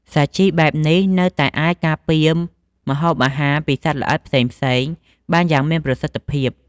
សាជីបែបនេះនៅតែអាចការពារម្ហូបអាហារពីសត្វល្អិតផ្សេងៗបានយ៉ាងមានប្រសិទ្ធភាព។